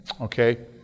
Okay